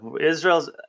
Israel's